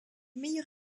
meilleur